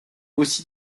aussi